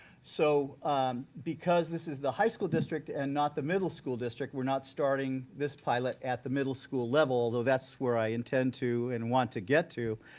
so this is the high school district and not the middle school district, we're not starting this pilot at the middle school level, though that's where i intend to and want to get to.